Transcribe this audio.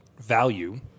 value